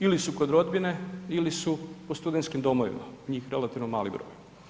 ili su kod rodbine, ili su po studentskim domovima njih relativno mali broj.